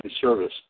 service